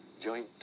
joint